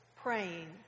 Praying